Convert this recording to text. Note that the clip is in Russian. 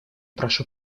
прошу